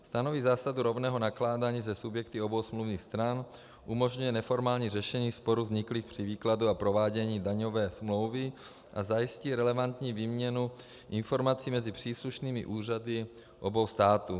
Stanoví zásadu rovného nakládání se subjekty obou smluvních stran, umožňuje neformální řešení sporů vzniklých při výkladu a provádění daňové smlouvy a zajistí relevantní výměnu informací mezi příslušnými úřady obou států.